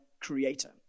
creator